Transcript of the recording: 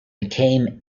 became